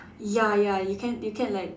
ya ya you can you can like